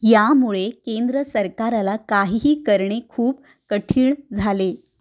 यामुळे केंद्र सरकाराला काहीही करणे खूप कठीण झाले